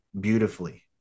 beautifully